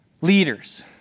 leaders